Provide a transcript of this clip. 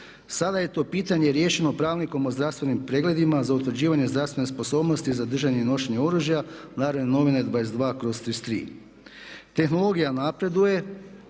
Sada je to pitanje riješeno Pravilnikom o zdravstvenim pregledima za utvrđivanje zdravstvene sposobnosti za držanje i nošenje oružja („Narodne novine“, br.